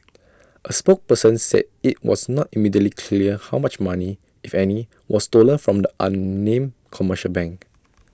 A spokesperson said IT was not immediately clear how much money if any was stolen from the unnamed commercial bank